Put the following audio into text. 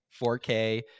4K